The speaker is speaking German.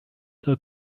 der